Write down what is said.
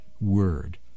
word